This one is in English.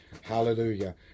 Hallelujah